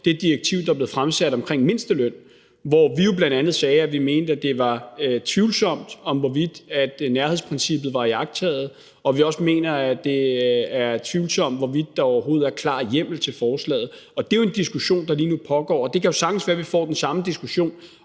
det direktiv, der blev fremsat omkring mindsteløn, hvor vi jo bl.a. sagde, at vi mente, at det var tvivlsomt, hvorvidt nærhedsprincippet var iagttaget, og hvor vi også mener, at det er tvivlsomt, hvorvidt der overhovedet er klar hjemmel til forslaget. Det er jo en diskussion, der lige nu pågår, og det kan sagtens være, at vi får den samme diskussion